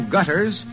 Gutters